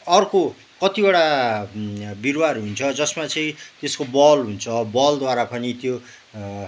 अर्को कतिवटा बिरुवाहरू हुन्छ जसमा चाहिँ त्यसको बल हुन्छ बलद्वारा पनि त्यो